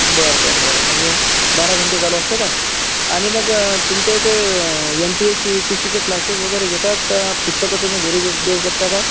बरं बरं बरं बरं म्हणजे बारा घंटे चालू असते काय आणि मग तुमच्या इथे M P S C U P S C चे क्लाशिश वगैरे घेतात का पुस्तकं तुम्ही घरी घे देऊ शकता काय